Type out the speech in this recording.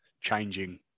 changing